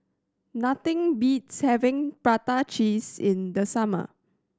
nothing beats having prata cheese in the summer